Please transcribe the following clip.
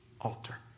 altar